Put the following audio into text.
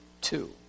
two